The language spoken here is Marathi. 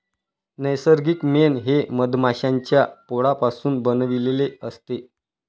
नैसर्गिक मेण हे मधमाश्यांच्या पोळापासून बनविलेले असते